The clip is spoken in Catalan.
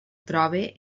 trobe